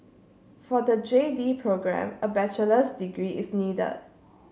for the J D programme a bachelor's degree is needed